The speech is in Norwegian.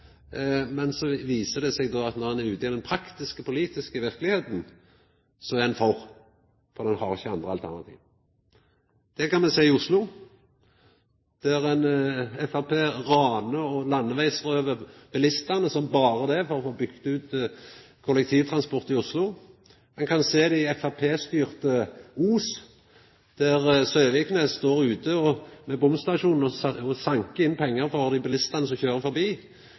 Men så viser det seg at når ein er ute i den praktiske, politiske verkelegheita, er ein for, for ein har ikkje andre alternativ. Det kan me sjå i Oslo, der Framstegspartiet ranar og landevegsrøvar bilistane som berre det – for å få bygd ut kollektivtransport i Oslo. Ein kan sjå det i framstegspartistyrte Os, der Søviknes står ute ved bomstasjonen og sankar inn pengar frå dei bilistane som køyrer forbi.